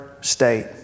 state